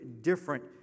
different